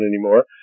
anymore